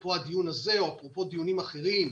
אפרופו הדיון הזה או דיונים אחרים,